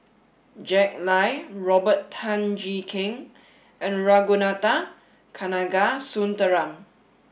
Jack Lai Robert Tan Jee Keng and Ragunathar Kanagasuntheram